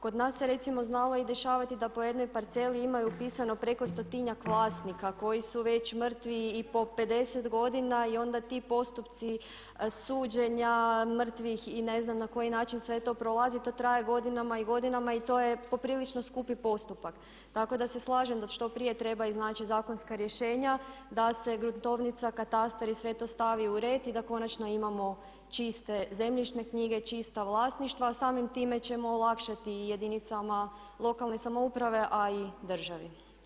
Kod nas se recimo znalo i dešavati da po jednoj parceli ima upisano i preko stotinjak vlasnika koji su već mrtvi i po pedeset godina i onda ti postupci suđenja, mrtvih i ne znam na koji način sve to prolazi to traje godinama i godinama i to je poprilično skupi postupak, tako da se slažem da što prije treba iznaći zakonska rješenja, da se gruntovnica, katastar i sve to stavi u red i da konačno imamo čiste zemljišne knjige, čista vlasništva a samim time ćemo olakšati i jedinicama lokalne samouprave a i državi.